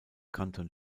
kanton